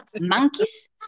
monkeys